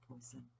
poison